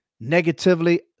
negatively